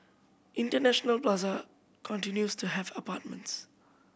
International Plaza continues to have apartments